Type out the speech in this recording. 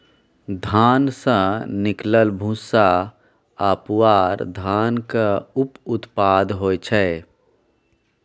धान सँ निकलल भूस्सा आ पुआर धानक उप उत्पाद होइ छै